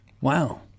Wow